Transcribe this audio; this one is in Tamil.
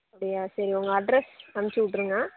அப்படியா சரி உங்கள் அட்ரஸ் அமுச்சு விட்ருங்க